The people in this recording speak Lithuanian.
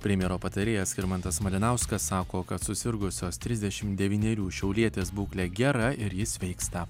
premjero patarėjas skirmantas malinauskas sako kad susirgusios trisdešim devynerių šiaulietės būklė gera ir ji sveiksta